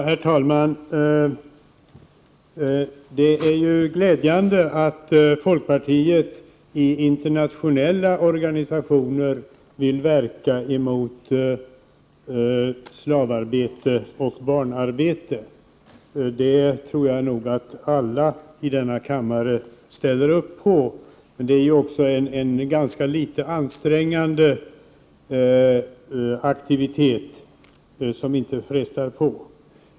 Herr talman! Det är glädjande att folkpartiet i internationella organisationer vill verka emot slavarbete och barnarbete. Det tror jag nog att alla i denna kammare ställer upp på. Men det är ju en ganska litet ansträngande aktivitet, som inte frestar på.